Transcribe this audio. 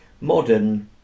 modern